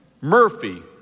Murphy